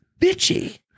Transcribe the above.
bitchy